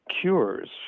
cures